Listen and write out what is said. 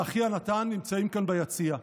והיא ואחיה נתן נמצאים כאן ביציע.